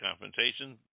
confrontation